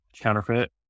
counterfeit